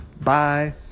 bye